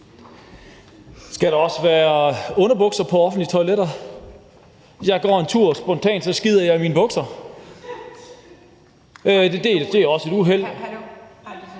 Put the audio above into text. Skal der også være underbukser på offentlige toiletter? Jeg går en tur, og spontant skider jeg i mine bukser. Det er også et uheld.